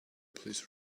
please